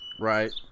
Right